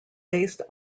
based